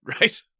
right